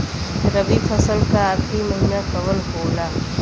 रवि फसल क आखरी महीना कवन होला?